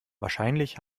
wahrscheinlich